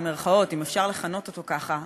אם אפשר לכנות אותן כך,